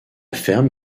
ferme